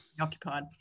Occupied